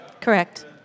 Correct